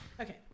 Okay